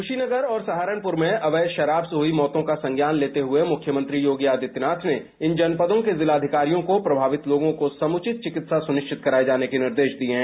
कुशीनगर और सहारनपुर में अवैध शराब से हुई मौतों का संज्ञान लते हुए मुख्यमंत्री योगी आदित्यनाथ ने इन जनपदों के जिलाधिकारियों को प्रभावित लागों को समुचित चिकित्सा सुनिश्चित कराए जाने के निर्देश दिए हैं